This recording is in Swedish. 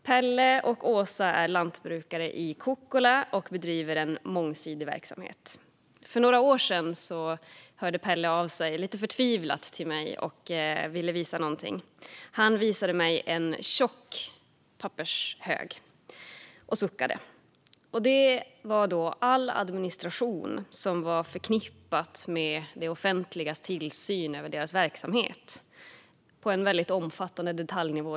Pelle och Åsa är lantbrukare i Kukkola och bedriver en mångsidig verksamhet. För några år sedan hörde Pelle av sig lite förtvivlat till mig. Han visade mig en tjock hög med papper och suckade. Det var all administration som var förknippad med det offentligas tillsyn över deras verksamhet, dessutom på en omfattande detaljnivå.